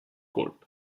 court